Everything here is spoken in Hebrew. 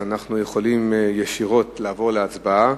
אנחנו יכולים לעבור ישירות להצבעה.